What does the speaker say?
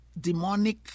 demonic